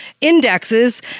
indexes